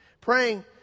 Praying